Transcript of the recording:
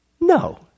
No